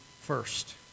first